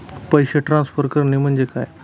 पैसे ट्रान्सफर करणे म्हणजे काय?